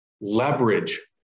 Leverage